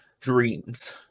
dreams